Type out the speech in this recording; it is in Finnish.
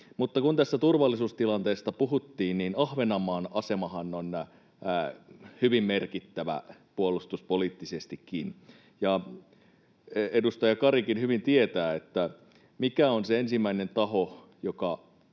Kun tässä turvallisuustilanteesta puhuttiin, niin Ahvenanmaan asemahan on hyvin merkittävä puolustuspoliittisestikin, ja edustaja Karikin hyvin tietää, mikä on se ensimmäinen taho,